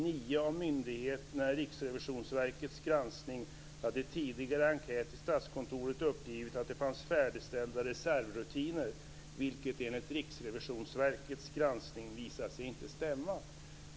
Nio av myndigheterna i Riksrevisionsverkets granskning hade tidigare i enkät till Statskontoret uppgivit att det fanns färdigställda reservrutiner, vilket enligt Riksrevisionsverkets granskning visade sig inte stämma.